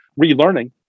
relearning